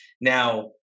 Now